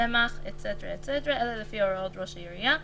צמח" וכולי "אלא לפי הוראות ראש העירייה",